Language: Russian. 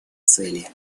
цели